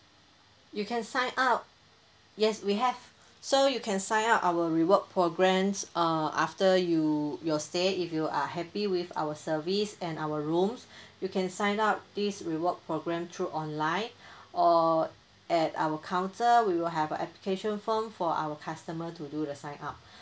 you can sign up yes we have so you can sign up our reward programs uh after you your stay if you are happy with our service and our room you can sign up this reward program through online or at our counter we will have a application form for our customer to do the sign up